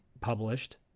published